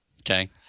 Okay